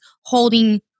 holding